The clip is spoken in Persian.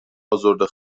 ازرده